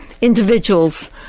individuals